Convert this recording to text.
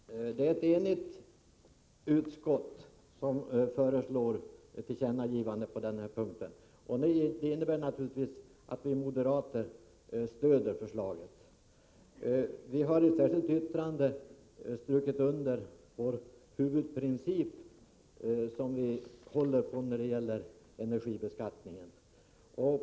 Herr talman! Det är ett enigt utskott som föreslår ett tillkännagivande till regeringen på denna punkt. Det innebär naturligtvis att vi moderater stöder förslaget. Vi har i ett särskilt yttrande understrukit den huvudprincip som vi håller på när det gäller energibeskattningen.